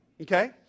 Okay